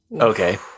Okay